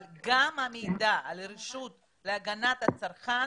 אבל גם המידע על הרשות להגנת הצרכן,